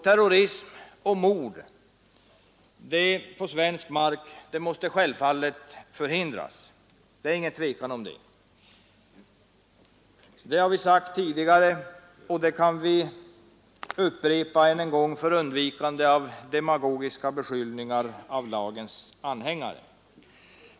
Terrorism och mord på svensk mark måste självfallet förhindras. Det har vi utan att tveka sagt tidigare, och det kan vi upprepa än en gång för undvikande av demagogiska beskyllningar från lagens anhängare.